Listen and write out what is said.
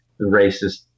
racist